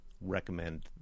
recommend